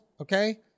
okay